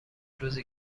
روزی